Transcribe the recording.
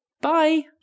bye